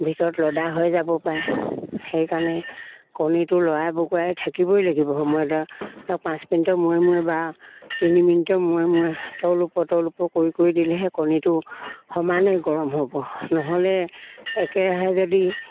ভিতৰত লডা হৈ যাব পাৰে সেইকাৰণে কণীটো লৰাই বগৰাই থাকিবই লাগিব সময়ত আৰু পাঁচ মিনিট মূৰে মূৰে বা তিনি মিনিটে মূৰে মূৰে তল ওপৰ তল ওপৰ কৰি কৰি দিলেহে কণীটো সমানেই গৰম হ'ব নহ'লে একেৰাহে যদি